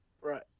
Right